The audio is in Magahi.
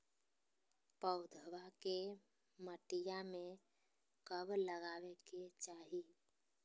पौधवा के मटिया में कब लगाबे के चाही?